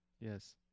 Yes